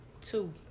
two